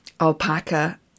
Alpaca